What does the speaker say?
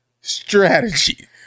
strategy